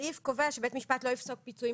סימן א בפרק ט',